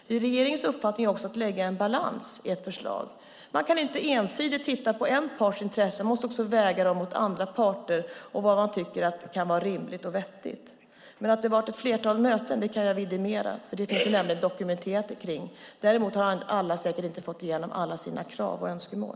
Det är regeringens uppfattning att det ska vara balans i ett förslag. Man kan inte ensidigt titta på en parts intressen, utan man måste också väga dem mot andra parters intressen för att se vad som kan vara rimligt och vettigt. Men att det har varit ett flertal möten kan jag vidimera. Det finns nämligen dokumenterat. Däremot har alla säkert inte fått igenom alla sina krav och önskemål.